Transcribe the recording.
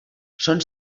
són